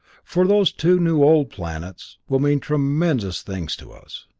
for those two new-old planets will mean tremendous things to us.